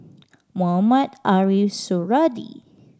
Mohamed Ariff Suradi